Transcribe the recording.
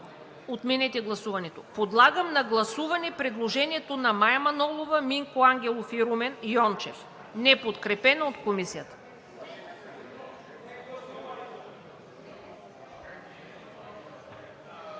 Отменете гласуването. Подлагам на гласуване предложението на Мая Манолова, Минко Ангелов и Румен Йончев, неподкрепено от Комисията.